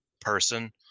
person